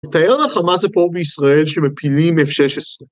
‫תאר לך מה זה פה בישראל ‫שמפילים F-16.